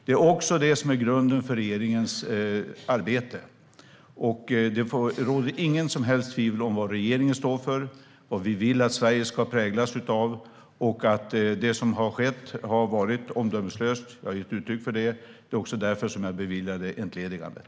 Det är också det som är grunden för regeringens arbete. Det råder inget som helst tvivel om vad regeringen står för eller vad vi vill att Sverige ska präglas av. Det som har skett har varit omdömeslöst. Jag har gett uttryck för det. Det var också därför jag beviljade entledigandet.